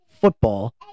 football